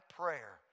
prayer